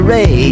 Ray